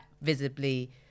visibly